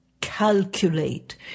calculate